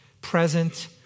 present